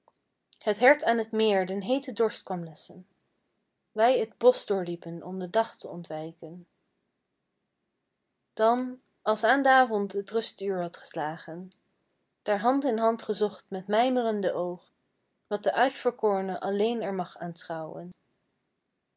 het hert aan t meer den heeten dorst kwam lesschen wij t bosch doorliepen om den dag te ontwijken dan als aan d'avond t rustuur had geslagen daar hand in hand gezocht met mijmerende oogen wat de uitverkoorne alleen er mag